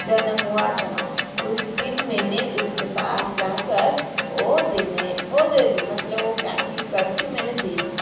जन्म हुआ था उस दिन मैंने उसके पास जा कर वो देने वो दे दी मतलब वो पैकिंग कर के मैंने दे दी